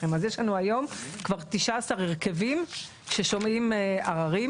אז יש לנו היום כבר 19 הרכבים ששומעים עררים.